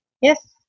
Yes